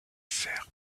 sert